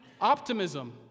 optimism